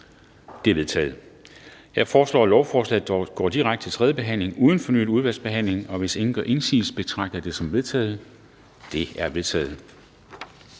De er vedtaget. Jeg foreslår, at lovforslaget går direkte til tredje behandling uden fornyet udvalgsbehandling. Hvis ingen gør indsigelse, betragter jeg det som vedtaget. Det er vedtaget.